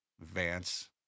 Vance